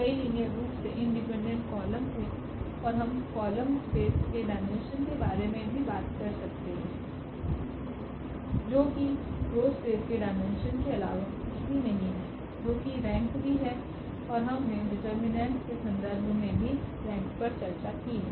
कई लीनियर रूप से इंडिपेंडेंट कॉलम थे और हम कॉलम स्पेस के डाइमेन्शन के बारे में भी बात कर सकते हैं जो कि रो स्पेस के डाइमेन्शन के अलावा कुछ भी नहीं है जो कि रेंक भी है और हमने डिटेरमिनेंटो के संदर्भ में भी रेंक पर चर्चा की है